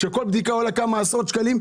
כאשר כל בדיקה עולה כמה עשרות שקלים,